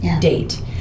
Date